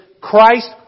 Christ